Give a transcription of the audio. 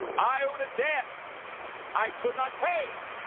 i owed a debt i could not pay.